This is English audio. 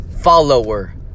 follower